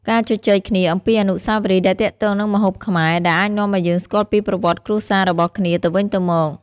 ការជជែកគ្នាអំពីអនុស្សាវរីយ៍ដែលទាក់ទងនឹងម្ហូបខ្មែរ អាចនាំឱ្យយើងស្គាល់ពីប្រវត្តិគ្រួសាររបស់គ្នាទៅវិញទៅមក។